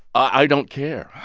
i don't care